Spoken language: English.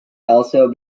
also